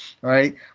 Right